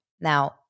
Now